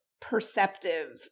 perceptive